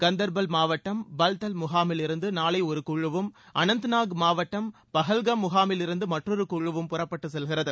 கந்தர்பால் மாவட்டம் பால்தல் முகாமில் இருந்து நாளை ஒரு குழுவும் அனந்த்நாக் மாவட்டம் பகல்ஹாம் முகாமில் இருந்து மற்றொரு குழுவும் புறப்பட்டு செல்கிறது